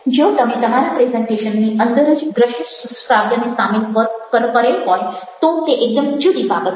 જો તમે તમારા પ્રેઝન્ટેશનની અંદર જ દૃશ્ય શ્રાવ્યને સામેલ કરેલ હોય તો તે એકદમ જુદી બાબત છે